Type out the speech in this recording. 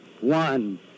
one